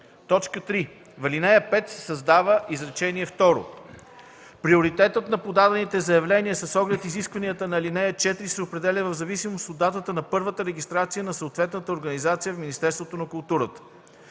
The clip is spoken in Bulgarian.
3. В ал. 5 се създава изречение второ: „Приоритетът на подадените заявления с оглед изискванията на ал. 4 се определя в зависимост от датата на първата регистрация на съответната организация в Министерството на културата.”